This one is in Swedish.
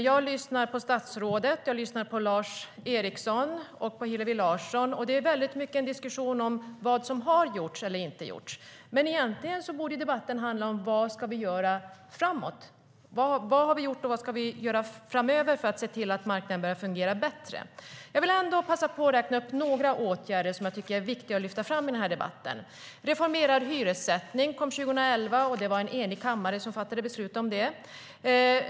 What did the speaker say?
Jag har lyssnat på statsrådet, på Lars Eriksson och på Hillevi Larsson, och den diskussion de för handlar mest om vad som har gjorts och inte. Egentligen borde ju debatten handla om vad vi ska göra framöver för att se till att marknaden börjar fungera bättre. Jag vill räkna upp några åtgärder som jag tycker är viktiga att lyfta fram. Reformerad hyressättning kom 2011. Det var en enig kammare som fattade beslut om det.